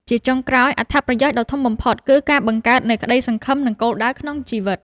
ជាចុងក្រោយ អត្ថប្រយោជន៍ដ៏ធំបំផុតគឺការបង្កើតនូវក្ដីសង្ឃឹម និងគោលដៅក្នុងជីវិត។